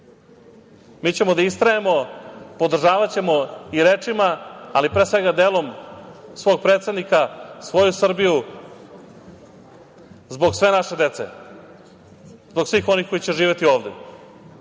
Mi ćemo da istrajemo, podržavaćemo i rečima, ali pre svega delom, svog predsednika, svoju Srbiju, zbog sve naše dece, zbog svih onih koji će živeti ovde.